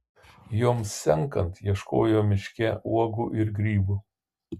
joms senkant ieškojo miške uogų ir grybų